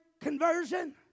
conversion